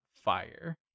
fire